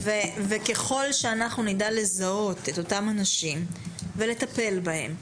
וככל שאנחנו נדע לזהות את אותם אנשים ולטפל בהם,